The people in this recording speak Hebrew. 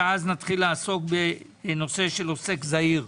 ואז נתחיל לעסוק בנושא של עוסק זעיר.